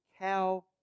cow